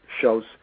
shows